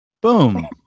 Boom